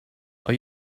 are